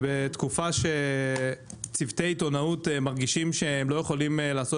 ובתקופה שצוותי עיתונאות מרגישים שהם לא יכולים לעשות